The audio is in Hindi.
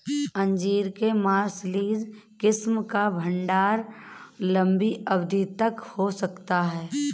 अंजीर के मार्सलीज किस्म का भंडारण लंबी अवधि तक हो सकता है